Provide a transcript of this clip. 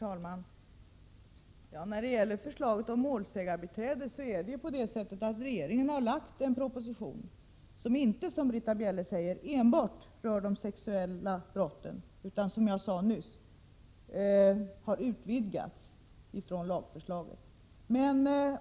Herr talman! Beträffande förslaget om målsägandebiträde är det på det sättet att regeringen har lagt fram en proposition, och den rör inte, som Britta Bjelle påstår, enbart de sexuella brotten, utan den har, som jag nyss sade, utvidgats från lagförslaget.